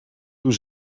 toen